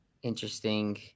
Interesting